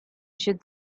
should